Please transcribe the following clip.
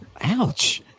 Ouch